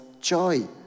joy